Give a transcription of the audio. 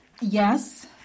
Yes